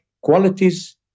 qualities